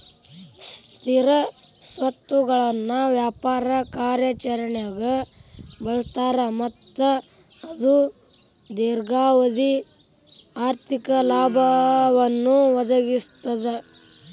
ಸ್ಥಿರ ಸ್ವತ್ತುಗಳನ್ನ ವ್ಯಾಪಾರ ಕಾರ್ಯಾಚರಣ್ಯಾಗ್ ಬಳಸ್ತಾರ ಮತ್ತ ಅದು ದೇರ್ಘಾವಧಿ ಆರ್ಥಿಕ ಲಾಭವನ್ನ ಒದಗಿಸ್ತದ